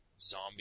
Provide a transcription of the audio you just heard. zombie